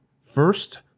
First